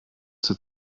zur